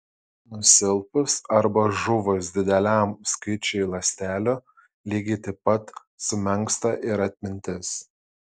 nusilpus arba žuvus dideliam skaičiui ląstelių lygiai taip pat sumenksta ir atmintis